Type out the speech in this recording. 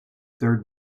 third